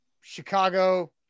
Chicago